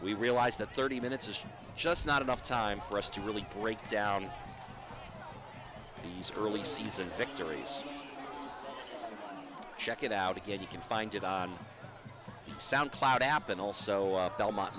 we realize that thirty minutes is just not enough time for us to really break down the early season victories check it out again you can find it on sound cloud app and also belmont